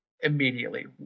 immediately